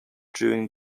during